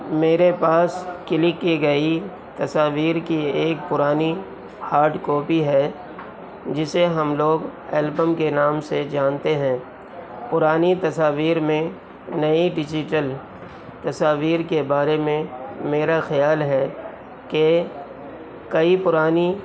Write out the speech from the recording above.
میرے پاس کلک کی گئی تصاویر کی ایک پرانی ہاڈ کاپی ہے جسے ہم لوگ البم کے نام سے جانتے ہیں پرانی تصاویر میں نئی ڈیجیٹل تصاویر کے بارے میں میرا خیال ہے کہ کئی پرانی